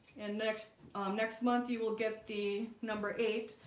and next um next month, you will get the number eight.